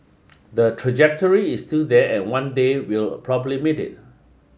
the trajectory is still there and one day we'll probably meet it